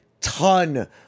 ton